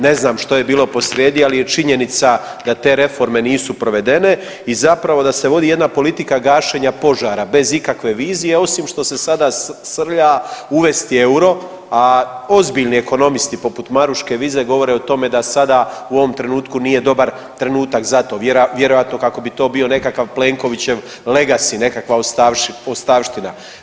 Ne znam što je bilo posrijedi, ali je činjenica da te reforme nisu provedene i zapravo da se vodi jedna politika gašenja požara bez ikakve vizije, osim što se sada srlja uvesti euro, a ozbiljni ekonomisti poput Maruške Vizek govore o tome da sada u ovom trenutku nije dobar trenutak za to, vjerojatno kako bi to bio nekakav Plenkovićev legasi nekakva ostavština.